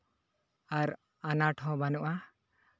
ᱟᱨ ᱟᱱᱟᱴ ᱦᱚᱸ ᱵᱟᱹᱱᱩᱜᱼᱟ